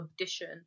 audition